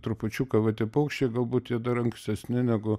trupučiuką va tie paukščiai galbūt jie dar ankstesni negu